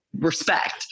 respect